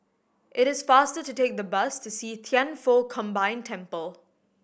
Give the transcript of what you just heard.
it is faster to take the bus to See Thian Foh Combined Temple